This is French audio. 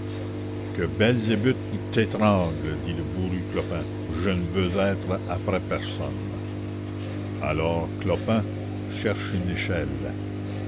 que belzébuth t'étrangle dit le bourru clopin je ne veux être après personne alors clopin cherche une échelle